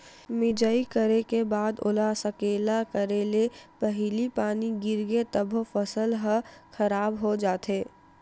मिजई करे के बाद ओला सकेला करे ले पहिली पानी गिरगे तभो फसल ह खराब हो जाथे